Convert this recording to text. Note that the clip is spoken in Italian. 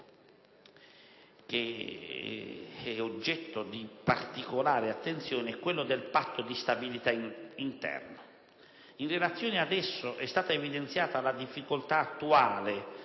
oggetto di particolare attenzione, è quello relativo al Patto di stabilità interno. In relazione ad esso è stata evidenziata la difficoltà attuale,